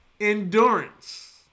endurance